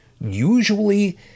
usually